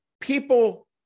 people